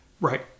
Right